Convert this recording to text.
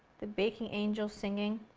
the baking angels singing?